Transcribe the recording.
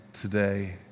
today